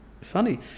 funny